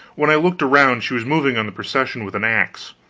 when i looked around, she was moving on the procession with an axe!